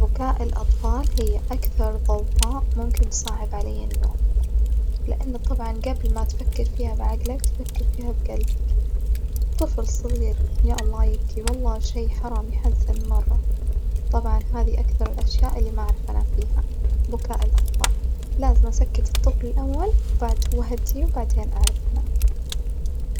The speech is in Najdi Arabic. بكاء الأطفال هي أكثر ظوظاء ممكن تصعب عليا النوم لأن طبعًا جبل ما تفكر فيها بعجلك تفكر فيها بجلبك، طفل صغير يا الله يبكي والله شي حرام يحزن مرة، طبعًا هذي أكثر الأشياء اللي ما أعرف أنام فيها بكاء الأطفال لازم أسكت الطفل الأول وبعد وأهديه وبعدين أعرف أنام.